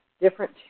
Different